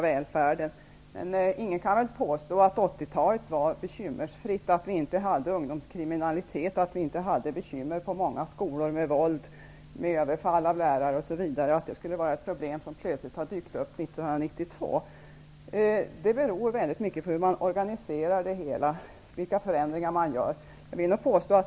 Men ingen kan väl påstå att 80-talet var bekymmersfritt, att det då inte fanns ungdomskriminalitet, att det inte var bekymmer på många skolor med våld, överfall på lärare osv. Detta är inte problem som plötsligt har dykt upp Det beror väldigt mycket på hur man organiserar det hela och vilka förändringar som man gör.